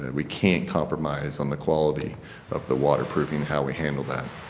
and we cannot compromise on the quality of the water, proving how we handle that.